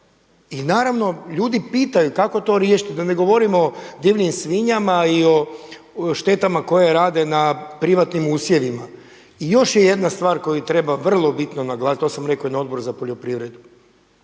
I naravno, ljudi pitaju kako to riješiti, da ne govorimo o divljim svinjama i o štetama koje rade na privatnim usjevima. I još je jedna stvar koju treba vrlo bitno naglasiti, to sam rekao i na Odboru za poljoprivredu.